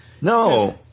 No